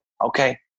okay